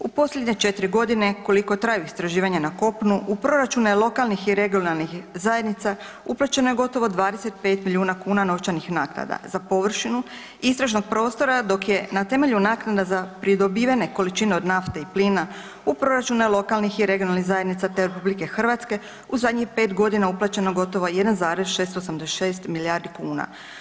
U posljednje 4 godine, koliko traju istraživanja na kopnu, u proračunu lokalnih i regionalnih zajednica, uplaćeno je gotovo 25 milijuna kuna novčanih naknada za površinu istražnog prostora, dok je na temelju naknada za pridobivene količine od nafte i plina, u proračune lokalnih i regionalnih zajednica te RH u zadnjih 5 godina uplaćeno gotovo 1,686 milijardi kuna.